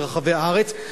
ברחבי הארץ.